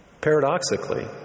Paradoxically